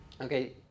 Okay